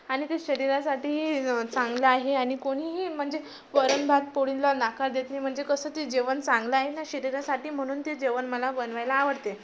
आणि ते शरीरासाठीही चांगलं आहे आणि कोणीही म्हणजे वरण भात पोळीला नकार देत नाही म्हणजे कसं ते जेवण चांगलं आहे ना शरीरासाठी म्हणून ते जेवण मला बनवायला आवडते